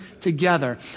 together